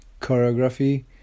choreography